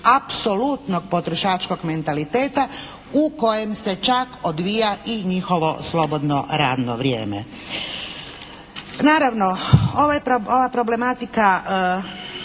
apsolutnog potrošačkog mentaliteta u kojem se čak odvija i njihovo slobodno radno vrijeme. Naravno ova problematika